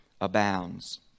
abounds